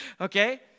Okay